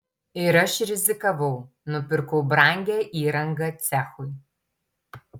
ir aš rizikavau nupirkau brangią įrangą cechui